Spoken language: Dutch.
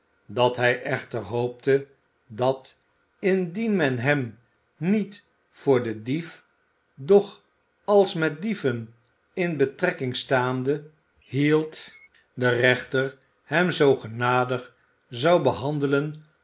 dat hij echter hoopte dat indien men hem niet voor den dief doch als met dieven in betrekking staande hield de rechter hem zoo genadig zou behandelen